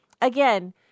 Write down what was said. again